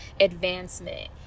advancement